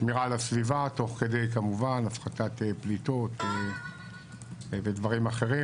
שמירה על הסביבה תוך כדי כמובן הפחתת פליטות ודברים אחרים,